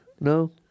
No